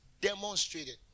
demonstrated